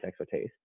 expertise